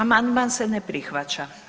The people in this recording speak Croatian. Amandman se ne prihvaća.